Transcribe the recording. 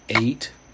eight